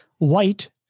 white